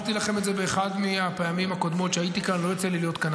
לכל דבר יש טעם